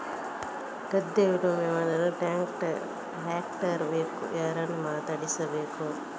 ಗದ್ಧೆ ಉಳುಮೆ ಮಾಡಲು ಟ್ರ್ಯಾಕ್ಟರ್ ಬೇಕು ಯಾರನ್ನು ಮಾತಾಡಿಸಬೇಕು?